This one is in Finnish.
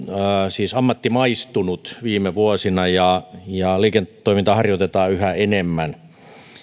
ammattimaistunut viime vuosina ja ja liiketoimintaa harjoitetaan yhä enemmän